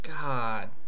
God